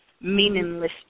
meaningless